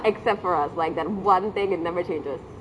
except for us like that [one] thing that never changes